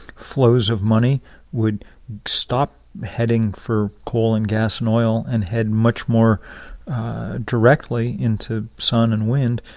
flows of money would stop heading for coal and gas and oil and head much more directly into sun and wind.